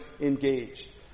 engaged